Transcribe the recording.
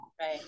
Right